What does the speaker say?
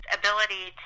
ability